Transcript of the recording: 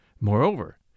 Moreover